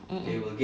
mm mm